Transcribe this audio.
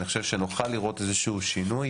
אני חושב שנוכל לראות איזשהו שינוי